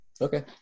Okay